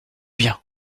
bien